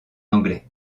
anglais